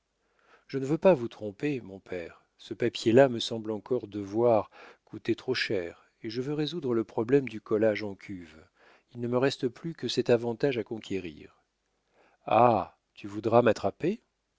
je ne veux pas vous tromper mon père ce papier là me semble encore devoir encore coûter trop cher et je veux résoudre le problème du collage en cuve il ne me reste plus que cet avantage à conquérir ah tu voudrais m'attraper